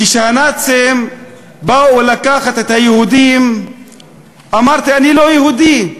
כשהנאצים באו לקחת את היהודים אמרתי: אני לא יהודי,